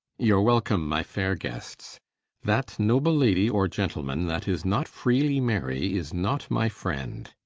y'are welcome my faire guests that noble lady or gentleman that is not freely merry is not my friend.